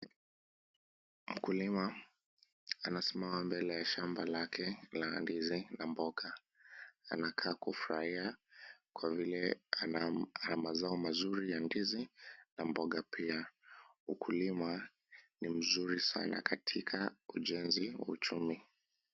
Mkulima anasimama mbele ya shamba lake la ndizi na mboga. Anakaa kufurahia kwa vile ana mazao mazuri ya ndizi na mboga pia. Ukulima ni mzuri sana katika ujenzi wa uchumi.